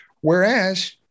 whereas